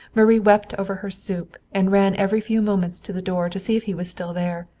marie wept over her soup, and ran every few moments to the door to see if he was still there.